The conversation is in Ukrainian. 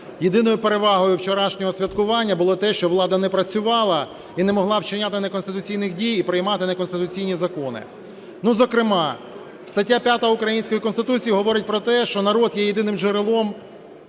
Єдиною перевагою вчорашнього святкування було те, що влада не працювала і не могла вчиняти неконституційних дій і приймати неконституційні закони. Ну, зокрема, стаття 5 української Конституції говорить про те, що народ є єдиним джерелом